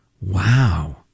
Wow